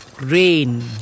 Rain